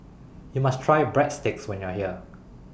YOU must Try Breadsticks when YOU Are here